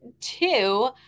two